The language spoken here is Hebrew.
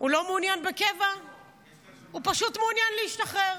הוא לא מעוניין בקבע, הוא פשוט מעוניין להשתחרר.